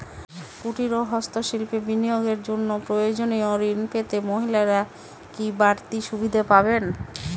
কুটীর ও হস্ত শিল্পে বিনিয়োগের জন্য প্রয়োজনীয় ঋণ পেতে মহিলারা কি বাড়তি সুবিধে পাবেন?